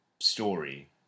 story